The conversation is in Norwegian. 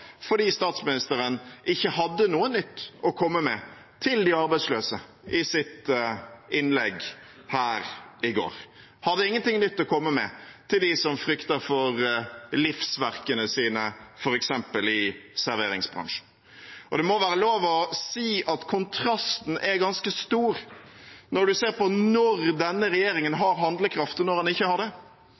fordi statsministeren ikke hadde noe nytt å komme med til de arbeidsløse i sitt innlegg her i går, hadde ingenting nytt å komme med til dem som frykter for livsverkene sine, f.eks. i serveringsbransjen. Det må være lov til å si at kontrasten er ganske stor når man ser på når denne regjeringen har handlekraft, og når den ikke har det.